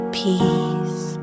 peace